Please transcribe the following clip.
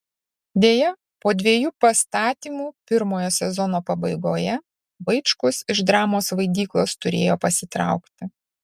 deja po dviejų pastatymų pirmojo sezono pabaigoje vaičkus iš dramos vaidyklos turėjo pasitraukti